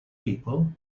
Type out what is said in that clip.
people